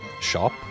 shop